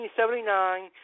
1979